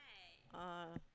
oh